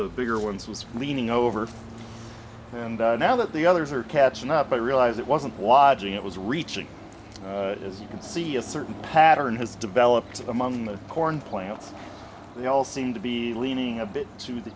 the bigger ones was leaning over and now that the others are catching up i realize it wasn't watching it was reaching as you can see a certain pattern has developed among the corn plants they all seem to be leaning a bit to the